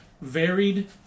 varied